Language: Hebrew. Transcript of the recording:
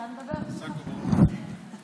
תאמינו לי, לאן הגענו.